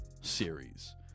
series